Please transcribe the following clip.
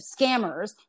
scammers